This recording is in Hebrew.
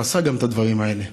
הוא עשה גם את הדברים האלה,